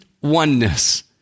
oneness